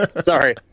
Sorry